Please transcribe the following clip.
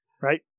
Right